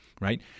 right